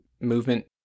movement